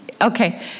Okay